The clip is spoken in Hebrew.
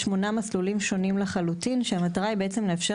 שמונה מסלולים שונים לחלוטין שהמטרה היא בעצם לאפשר